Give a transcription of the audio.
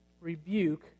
rebuke